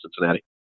Cincinnati